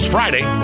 Friday